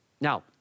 Now